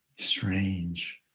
strange.